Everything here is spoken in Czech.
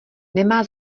nemá